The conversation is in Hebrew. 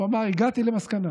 הוא אמר: הגעתי למסקנה